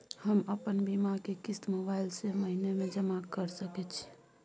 हम अपन बीमा के किस्त मोबाईल से महीने में जमा कर सके छिए?